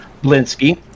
Blinsky